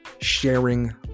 sharing